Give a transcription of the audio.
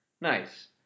Nice